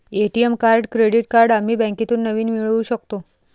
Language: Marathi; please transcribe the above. ए.टी.एम कार्ड क्रेडिट कार्ड आम्ही बँकेतून नवीन मिळवू शकतो